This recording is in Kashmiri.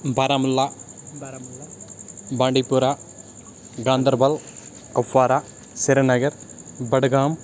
بارہمولہ بانڈی پوٗرہ گاندَربَل کُپوارہ سرینگر بڈگام